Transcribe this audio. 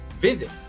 Visit